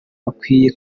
bakwiye